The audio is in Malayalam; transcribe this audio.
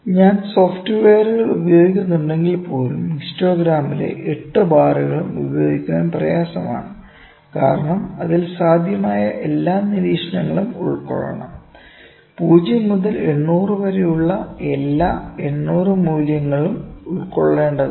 ഞാൻ സോഫ്റ്റ്വെയറുകൾ ഉപയോഗിക്കുന്നുണ്ടെങ്കിൽപ്പോലും ഹിസ്റ്റോഗ്രാമിലെ 8 ബാറുകളും ഉപയോഗിക്കാൻ പ്രയാസമാണ് കാരണം അതിൽ സാധ്യമായ എല്ലാ നിരീക്ഷണങ്ങളും ഉൾക്കൊള്ളണം 0 മുതൽ 800 വരെയുള്ള എല്ലാ 800 മൂല്യങ്ങളും ഉൾക്കൊള്ളേണ്ടതുണ്ട്